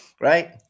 Right